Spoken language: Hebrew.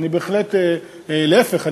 להפך,